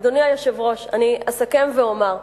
אדוני היושב-ראש, אסכם ואומר,